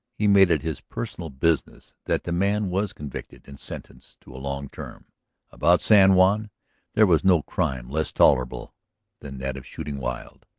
he made it his personal business that the man was convicted and sentenced to a long term about san juan there was no crime less tolerable than that of shooting wild.